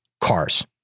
cars